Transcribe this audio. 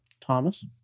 Thomas